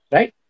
Right